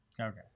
Okay